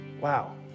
wow